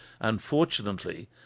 unfortunately